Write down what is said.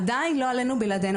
עדיין לא עלינו בלעדינו.